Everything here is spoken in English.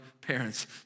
parents